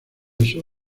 eso